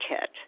kit